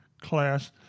class